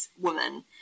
woman